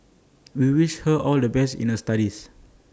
we wish her all the best in the studies